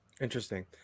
Interesting